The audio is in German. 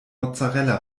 mozzarella